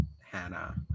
Hannah